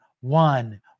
one